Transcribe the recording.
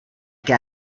que